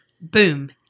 Boom